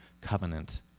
covenant